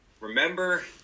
Remember